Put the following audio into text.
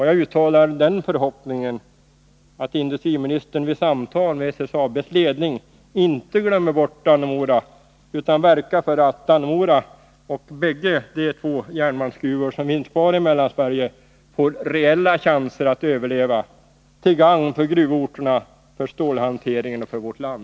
Jag uttalar den förhoppningen att industriministern vid samtal med SSAB:s ledning inte glömmer bort Dannemora utan verkar för att de två järnmalmsgruvor som finns kvar i Mellansverige får reella chanser att överleva — till gagn för gruvorterna, för stålhanteringen och för vårt land.